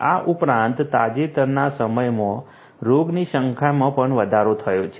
આ ઉપરાંત તાજેતરના સમયમાં રોગોની સંખ્યામાં પણ વધારો થયો છે